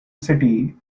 city